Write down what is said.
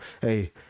hey